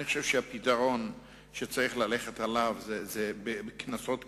אני חושב שהפתרון שצריך לנקוט הוא קנסות כבדים,